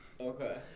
Okay